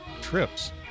trips